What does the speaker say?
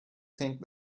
think